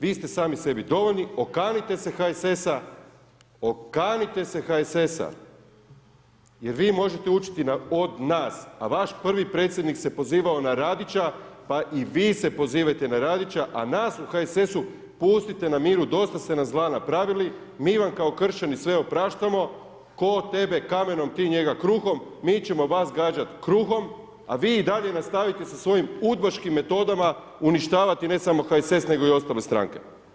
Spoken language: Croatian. Vi ste sami sebi dovoljni, okanite se HSS-a jer vi možete učiti od nas a vaš prvi predsjednik se pozivao na Radića pa i vi se pozivajte na Radića a nas u HSS-u pustite na miru, dosta ste nam zla napravili, mi vam kao kršćani sve opraštamo, tko tebe kamenom, ti njega kruhom, mi ćemo vas gađati kruhom a vi i dalje nastavite sa svojim udbaškim metodama uništavati ne samo HSS nego i ostale stranke.